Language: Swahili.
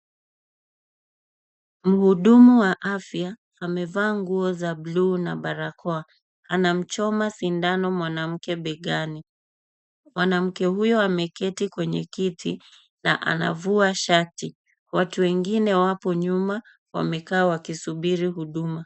Mhuduma wa afya amevaa nguo za buluu na barakoa, anamchoma mwanamke sindano begani, mwanamke huyo ameketi kwenye kiti na anavua shati, watu wengine wapo nyuma wakisubiri huduma.